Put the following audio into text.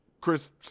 Chris